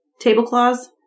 tablecloths